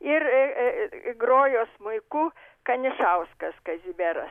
ir grojo smuiku kanišauskas kazimieras